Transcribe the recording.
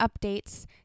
updates